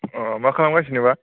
अ मा खालामगासिनो बा